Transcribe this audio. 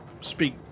speak